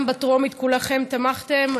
גם בטרומית כולכם תמכתם.